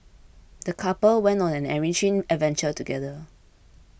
the couple went on an enriching adventure together